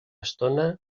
estona